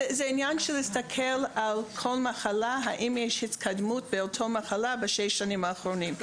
צריך להסתכל האם יש התקדמות בכל מחלה בשש השנים האחרונות.